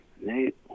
Nate